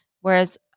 Whereas